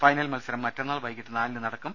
final മത്സരം മറ്റന്നാൾ വൈകീട്ട് നാലിന് നടക്കും